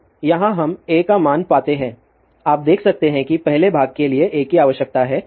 तो यहाँ हम A का मान पाते हैं आप देख सकते हैं कि पहले भाग के लिए A की आवश्यकता है